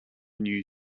new